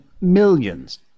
millions